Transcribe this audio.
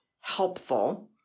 helpful